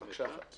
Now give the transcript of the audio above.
בבקשה.